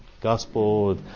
gospel